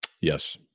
Yes